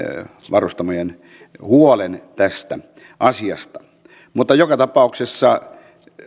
varustamojen huolen tästä asiasta joka tapauksessa